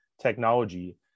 technology